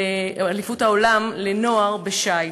באליפות העולם לנוער בשיט.